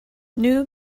new